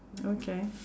okay